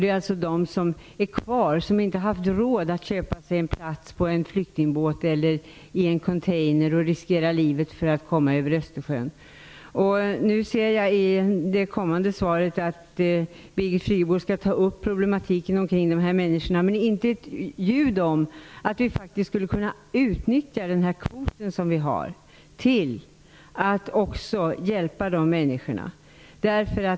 De är de som är kvar och som inte haft råd att köpa sig en plats på en flyktingbåt eller i en container, och riskera livet för att komma över Nu ser jag i det kommande svaret att Birgit Friggebo skall ta upp problematiken kring dessa människor. Men det sägs inte ett ljud om att vi faktiskt skulle kunna utnyttja den kvot som vi har till att också hjälpa de människorna.